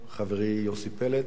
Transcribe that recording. חברי יוסי פלד,